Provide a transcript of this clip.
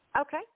Okay